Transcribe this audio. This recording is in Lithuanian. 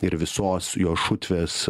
ir visos jo šutvės